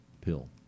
pill